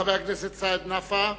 תודה, חבר הכנסת סעיד נפאע,